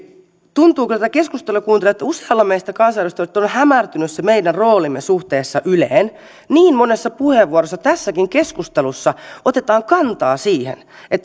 tuntuu kun tätä keskustelua kuuntelee että usealla meistä kansanedustajista on hämärtynyt se meidän roolimme suhteessa yleen niin monessa puheenvuorossa tässäkin keskustelussa otetaan kantaa siihen